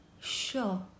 Sure